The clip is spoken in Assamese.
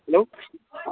হেল্ল'